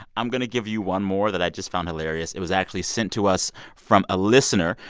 i'm going to give you one more that i just found hilarious. it was actually sent to us from a listener.